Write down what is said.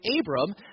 Abram